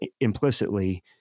implicitly